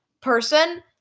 person